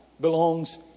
belongs